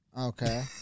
Okay